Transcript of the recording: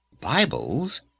Bibles